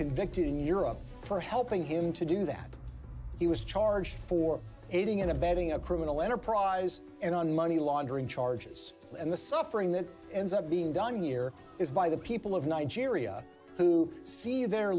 convicted in europe for helping him to do that he was charged for aiding and abetting a criminal enterprise and on money laundering charges and the suffering that ends up being done here is by the people of nigeria who see their